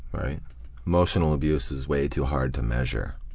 emotional abuse is way too hard to measure.